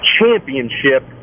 Championship